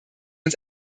uns